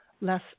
less